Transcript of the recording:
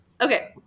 Okay